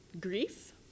grief